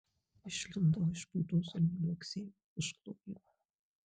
išlindau iš būdos ir nuliuoksėjau už klojimo